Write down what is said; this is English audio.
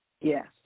yes